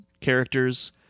characters